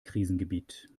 krisengebiet